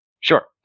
Sure